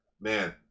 Man